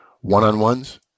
One-on-ones